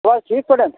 بَس ٹھیٖک پٲٹھۍ